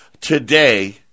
today